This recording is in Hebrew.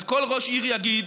אז כל ראש עיר יגיד,